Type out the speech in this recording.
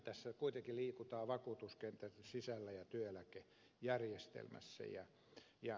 tässä kuitenkin liikutaan vakuutuskentän sisällä ja työeläkejärjestelmässä